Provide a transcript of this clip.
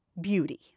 beauty